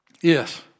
yes